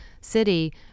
city